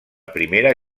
primera